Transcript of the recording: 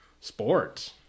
sports